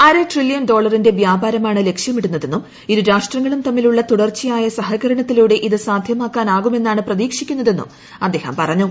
അര ട്രില്ല്യൻ ഡോളറിന്റെ വ്യാപാരമാണ് ലക്ഷ്യമിട്ടുക്ക്ക്തെന്നും ഇരുരാഷ്ട്രങ്ങളും തമ്മിലുള്ള തുടർച്ചയായ സഹകരണത്തിലൂടെ ഇത് സാധൃമാക്കാനാകുമെന്നാണ് പ്രതീക്ഷിക്കുന്നതെന്നും അദ്ദേഹം പറഞ്ഞു